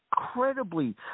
Incredibly